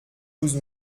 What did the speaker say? douze